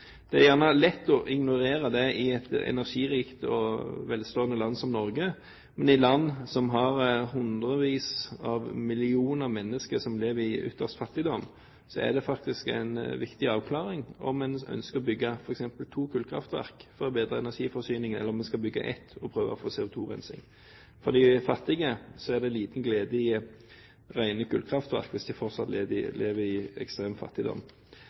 Det er lett å ignorere det i et energirikt og velstående land som Norge, men i land som har hundrevis av millioner mennesker som lever i ytterste fattigdom, er det faktisk en viktig avklaring – ønsker man f.eks. å bygge to kullkraftverk for å bedre energiforsyningen, eller skal man bygge ett og prøve å få CO2-rensing? For de fattige er det liten glede i rene kullkraftverk hvis de fortsatt lever i ekstrem fattigdom.